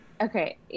Okay